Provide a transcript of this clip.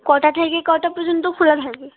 কটা থেকে কটা পর্যন্ত খোলা থাকে